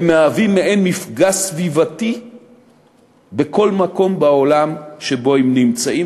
הם מהווים מעין מפגע סביבתי בכל מקום בעולם שבו הם נמצאים,